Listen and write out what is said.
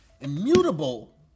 Immutable